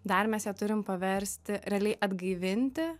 dar mes ją turim paversti realiai atgaivinti